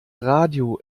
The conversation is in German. radio